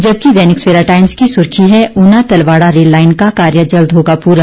जबकि दैनिक सवेरा टाईम्स की सुर्खी है ऊना तलवाड़ा रेल लाईन का कार्य शीघ्र होगा पूरा